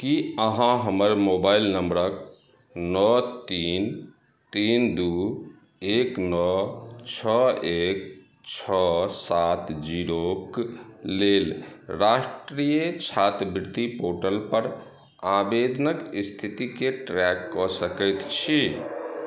की अहाँ हमर मोबाइल नम्बरक नओ तीन तीन दू एक नओ छओ एक छओ सात जीरोक लेल राष्ट्रिय छात्रवृति पोर्टल पर आवेदनक स्थितिकेँ ट्रैक कऽ सकैत छी